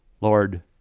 Lord